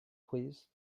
please